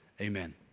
amen